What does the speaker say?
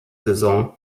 saison